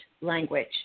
language